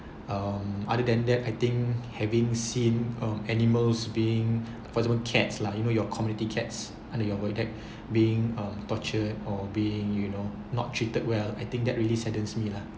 um other than that I think having seen um animals being for example cats lah you know your community cats under your void deck being uh tortured or being you know not treated well I think that really saddens me lah